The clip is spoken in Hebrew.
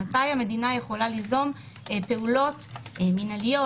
מתי המדינה יכולה ליזום פעולות מנהליות,